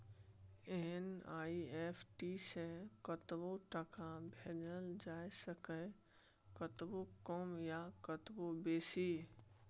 NEFT सँ कतबो टका भेजल जाए सकैए कतबो कम या कतबो बेसी